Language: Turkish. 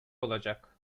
olacak